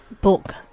book